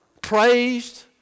praised